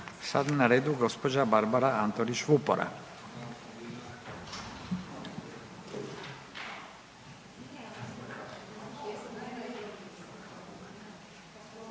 je na redu gđa. Barbara Antolić Vupora.